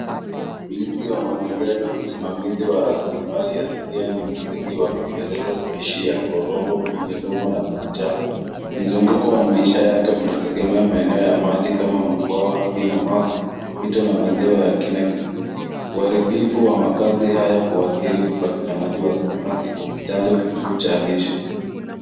Ulinzi wa mazingira na usimamizi wa raslimali asilia ni msingi wa kuendeleza spishi ya korongo mwenye doma la manjano. Mzunguko wa maisha yake unategemea maeneo ya maji kama mabwawa, vinamasi, mito na maziwa ya kina kifupi. Uharibifu wa makazi haya huadhiri upatikanaji wa samaki, chanzo kikuu cha lishe.